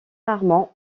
rarement